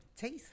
Taste